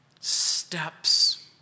steps